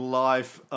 life